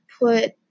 put